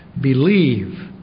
Believe